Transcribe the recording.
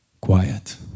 Quiet